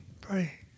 Pray